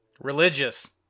Religious